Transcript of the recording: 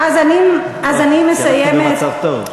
אפילו מצב טוב.